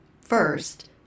first